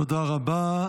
תודה רבה.